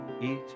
eat